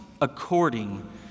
according